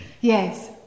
Yes